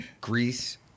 Greece